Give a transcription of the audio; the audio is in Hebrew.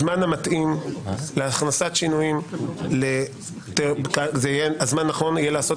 הזמן המתאים להכנסת שינויים יהיה לעשות